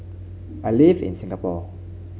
I live in Singapore